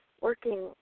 working